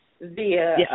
via